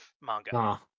manga